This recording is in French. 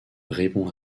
répond